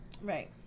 Right